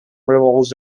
revolves